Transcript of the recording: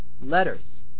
letters